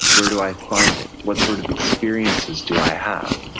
where do i find it? what sort of experiences do i have?